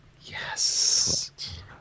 Yes